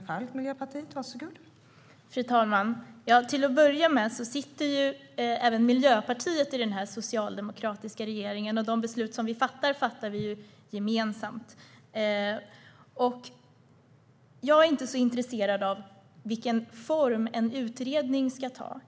Fru talman! Till att börja med vill jag säga att även Miljöpartiet sitter i regeringen, och de beslut som fattas fattar vi gemensamt. Jag är inte så intresserad av vilken form en utredning ska ha.